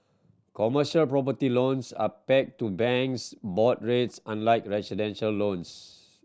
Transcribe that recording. commercial property loans are peg to banks' board rates unlike residential loans